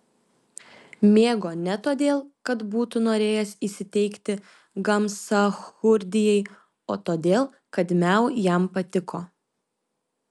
mėgo ne todėl kad būtų norėjęs įsiteikti gamsachurdijai o todėl kad miau jam patiko